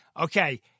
Okay